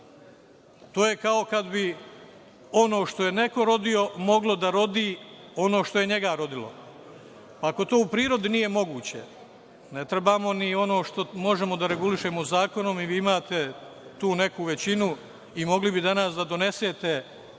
To je kao kad bi ono što je neko rodio moglo da rodi ono što je njega rodilo. Ako to u prirodi nije moguće, ne trebamo ni ono što možemo da regulišemo zakonom, i vi imate tu neku većinu, i mogli bi danas da donesete